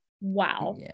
wow